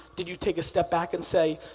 did you take a step back and say,